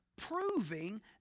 proving